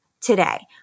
today